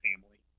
family